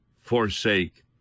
forsake